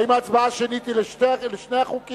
האם ההצבעה השמית היא בשני החוקים?